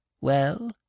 Well